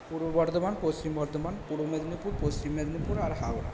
পূর্ব Bardhaman পশ্চিম Bardhaman পূর্ব Medinipur পশ্চিম Medinipur আর Howrah